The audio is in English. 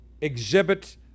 exhibit